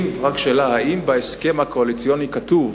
רק שאלה, האם בהסכם הקואליציוני כתוב